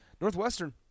Northwestern